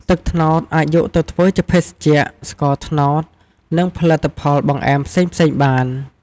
ទឹកត្នោតអាចយកទៅធ្វើជាភេសជ្ជៈ ស្ករត្នោត និងផលិតផលបង្អែមផ្សេងៗបាន។